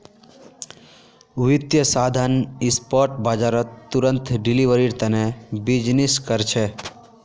वित्तीय साधन स्पॉट बाजारत तुरंत डिलीवरीर तने बीजनिस् कर छे